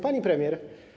Pani Premier!